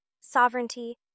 sovereignty